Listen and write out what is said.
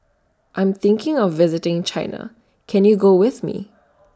I'm thinking of visiting China Can YOU Go with Me